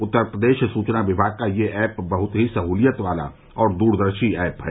उत्तर प्रदेश सूचना विभाग का यह ऐप बहुत ही सहुलियत वाला और दूरदर्शी ऐप है